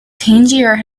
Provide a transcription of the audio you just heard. tangier